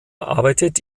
arbeitet